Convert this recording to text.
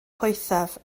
poethaf